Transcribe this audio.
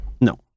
No